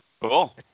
Cool